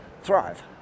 thrive